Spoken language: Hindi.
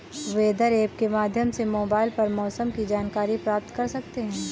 वेदर ऐप के माध्यम से मोबाइल पर मौसम की जानकारी प्राप्त कर सकते हैं